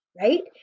right